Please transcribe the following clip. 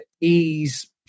ease